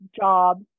job